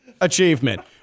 achievement